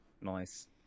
nice